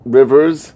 rivers